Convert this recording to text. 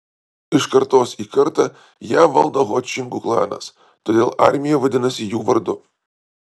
iš kartos į kartą ją valdo ho čingų klanas todėl armija vadinasi jų vardu